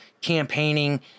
campaigning